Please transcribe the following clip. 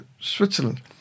Switzerland